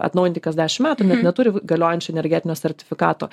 atnaujinti kas dešim metų neturi galiojančio energetinio sertifikato